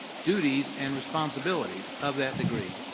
duties, and responsibilities of that degree.